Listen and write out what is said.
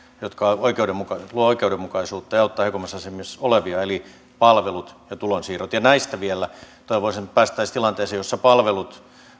jotka luovat oikeudenmukaisuutta ja auttavat heikoimmassa asemassa olevia eli palveluihin ja tulonsiirtoihin ja näistä vielä toivoisin että päästäisiin tilanteeseen jossa palvelut